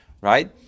right